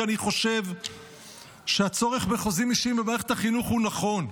כי אני חושב שהצורך בחוזים אישיים במערכת החינוך הוא נכון,